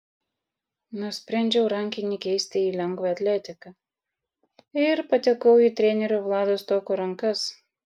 nusprendžiau rankinį keisti į lengvąją atletiką ir patekau į trenerio vlado stoko rankas